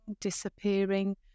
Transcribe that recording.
disappearing